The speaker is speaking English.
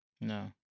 No